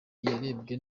yarebwe